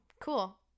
Cool